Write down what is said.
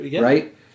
Right